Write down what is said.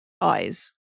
eyes